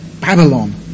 Babylon